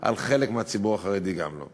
את השמות שהוצגו לוועדה,